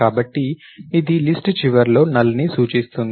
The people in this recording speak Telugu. కాబట్టి ఇది లిస్ట్ చివరిలో నల్ ని సూచిస్తుంది